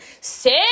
Sit